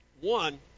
One